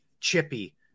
chippy